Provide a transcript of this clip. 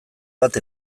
bat